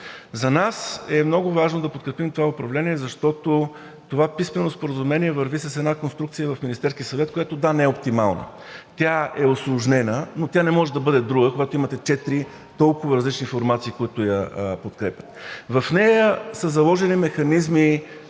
За нас е много важно да подкрепим това управление, защото писменото споразумение върви с една конструкция в Министерския съвет, която – да, не е оптимална, а е усложнена, но тя не може да бъде друга, когато имате четири толкова различни формации, които я подкрепят. В нея са заложени механизми